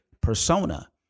persona